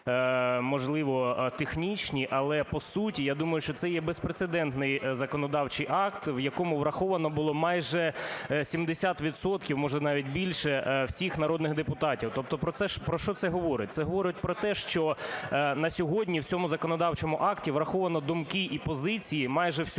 можливо, технічні, але по суті, я думаю, що це є безпрецедентний законодавчий акт, в якому враховано було майже 70 відсотків, може, навіть більше, всіх народних депутатів. Тобто про що це говорить? Це говорить про те, що на сьогодні в цьому законодавчому акті враховано думки і позиції майже всього